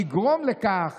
לגרום לכך